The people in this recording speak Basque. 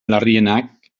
larrienak